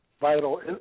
vital